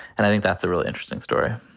and i think that's a really interesting story.